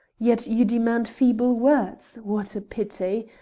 yet you demand feeble words. what a pity!